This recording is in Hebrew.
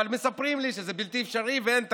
אבל מספרים לי שזה בלתי אפשרי ואין תקציב.